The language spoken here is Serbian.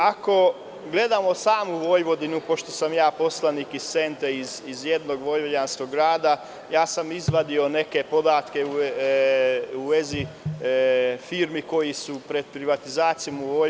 Ako gledamo samu Vojvodinu, pošto sam ja poslanik iz Sente, iz jednog Vojvođanskog grada, ja sam izvadio neke podatke u vezi firmi koje su pred privatizacijom u Vojvodini.